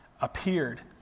appeared